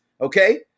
okay